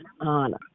honor